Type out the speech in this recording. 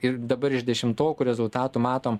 ir dabar iš dešimtokų rezultatų matom